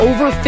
Over